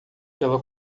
pela